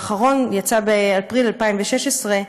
האחרון יצא באפריל 2016,